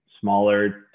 smaller